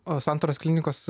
santaros klinikos